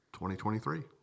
2023